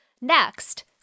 Next